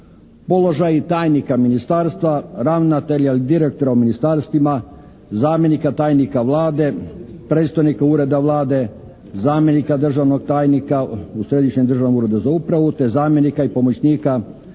položaji tajnika ministarstva, ravnatelja ili direktora u ministarstvima, zamjenika tajnika Vlade, predstojnika Ureda Vlade, zamjenika državnog tajnika u Središnjem državnom Uredu za upravu, te zamjenika i pomoćnika